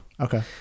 Okay